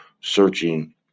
searching